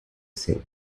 say